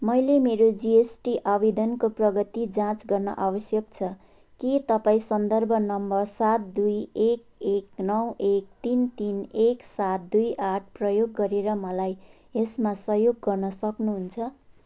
मैले मेरो जिएसटी आवेदनको प्रगति जाँच गर्न आवश्यक छ के तपाईँ सन्दर्भ नम्बर सात दुई एक एक नौ एक तिन तिन एक सात दुई आठ प्रयोग गरेर मलाई यसमा सहयोग गर्न सक्नुहुन्छ